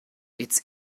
its